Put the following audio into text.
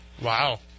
Wow